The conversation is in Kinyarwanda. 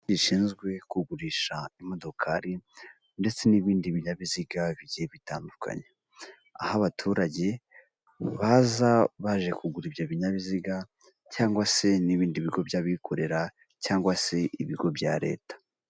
Gishinzwe kugurisha imodokari ndetse n'ibindi binyabiziga bigiye bitandukanye, aho abaturage baza baje kugura ibyo binyabiziga cyangwa se n'ibindi bigo by'abikorera cyangwa se ibigo bya leta.